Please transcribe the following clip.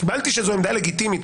קיבלתי שזו עמדה לגיטימית.